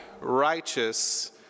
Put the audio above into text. righteous